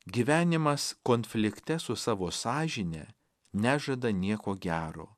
gyvenimas konflikte su savo sąžine nežada nieko gero